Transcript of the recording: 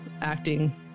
acting